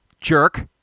jerk